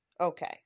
Okay